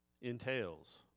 entails